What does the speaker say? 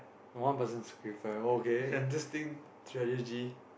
one person sacrifice okay interesting strategy